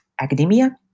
academia